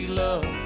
love